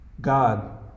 God